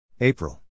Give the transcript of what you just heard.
April